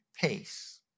pace